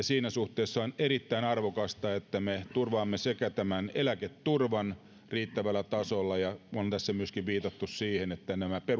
siinä suhteessa on erittäin arvokasta että me turvaamme tämän eläketurvan riittävällä tasolla ja on tässä myöskin viitattu siihen että nämä